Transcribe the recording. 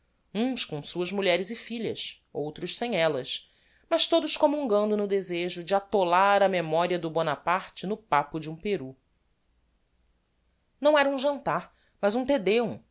uns com suas mulheres e filhas outros sem ellas mas todos commungando no desejo de atolar a memoria de bonaparte no papo de um perú não era um jantar mas um te deum